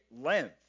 length